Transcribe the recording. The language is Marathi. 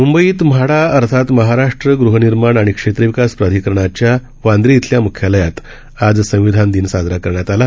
म्बईत म्हाडा अर्थात महाराष्ट्र गृहनिर्माण आणि क्षेत्रविकास प्राधिकरणाच्या वांद्रे इथल्या मुख्यालयात आज संविधान दिन साजरा करण्यात आला